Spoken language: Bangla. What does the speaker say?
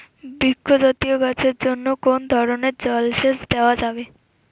বৃক্ষ জাতীয় গাছের জন্য কোন ধরণের জল সেচ দেওয়া যাবে?